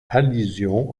allusion